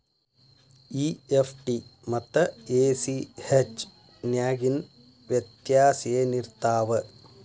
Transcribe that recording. EFT ಮತ್ತ ACH ನ್ಯಾಗಿನ್ ವ್ಯೆತ್ಯಾಸೆನಿರ್ತಾವ?